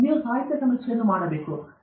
ನಂತರ ನೀವು ಸಾಹಿತ್ಯ ಸಮೀಕ್ಷೆಯನ್ನು ಮಾಡುತ್ತೀರಿ